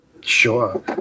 sure